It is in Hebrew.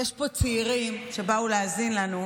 יש פה צעירים שבאו להאזין לנו,